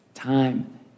Time